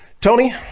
tony